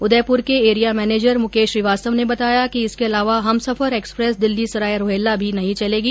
उदयपुर के area manager Mukesh Shrivastava ने बताया कि इसके अलावा हमसफर एक्सप्रेस दिल्ली सराय रोहिल्ला भी नहीं चलेगी